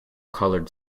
colored